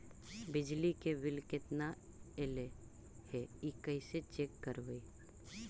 बिजली के बिल केतना ऐले हे इ कैसे चेक करबइ?